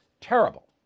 Terrible